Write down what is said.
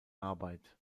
arbeit